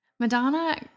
Madonna